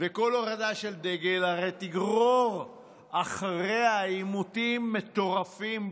וכל הורדה של דגל הרי תגרור אחריה עימותים מטורפים,